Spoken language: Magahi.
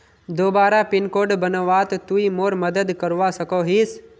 दोबारा पिन कोड बनवात तुई मोर मदद करवा सकोहिस?